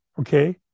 Okay